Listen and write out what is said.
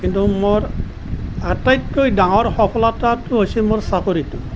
কিন্তু মোৰ আটাইতকৈ ডাঙৰ সফলতাটো হৈছে মোৰ চাকৰিটো